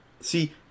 See